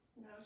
No